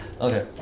Okay